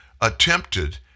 attempted